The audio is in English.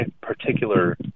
particular